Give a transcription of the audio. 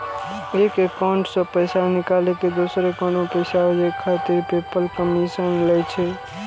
एक एकाउंट सं पैसा निकालि कें दोसर एकाउंट मे पैसा भेजै खातिर पेपल कमीशन लै छै